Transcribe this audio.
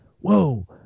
Whoa